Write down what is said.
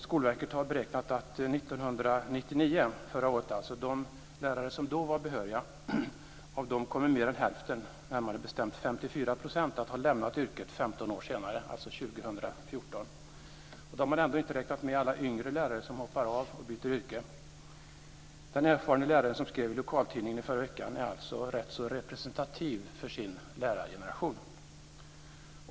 Skolverket har beräknat att av de lärare som 1999, alltså förra året, var behöriga kommer mer än hälften, närmare bestämt 54 %, att ha lämnat yrket 15 år senare, alltså 2014. Då har man ändå inte räknat med alla yngre lärare som hoppar av och byter yrke. Den erfarne lärare som skrev i lokaltidningen förra veckan är alltså rätt så representativ för sin lärargeneration.